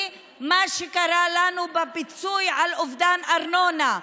מה שקרה לנו בפיצוי על אובדן ארנונה,